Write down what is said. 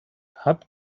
hat